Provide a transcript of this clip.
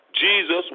Jesus